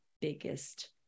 biggest